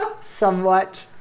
somewhat